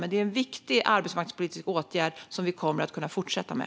Det är dock en viktig arbetsmarknadspolitisk åtgärd som vi kommer att kunna fortsätta med.